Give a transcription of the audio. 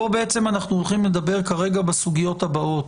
אנחנו הולכים לדבר על הסוגיות הבאות: